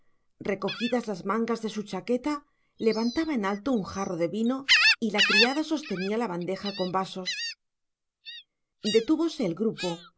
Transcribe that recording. recogidas las mangas de su chaqueta levantaba en alto un jarro de vino y la criada sostenía la bandeja con vasos detúvose el grupo